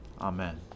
Amen